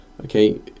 okay